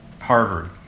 Harvard